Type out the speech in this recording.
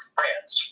France